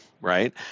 right